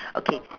okay